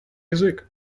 язык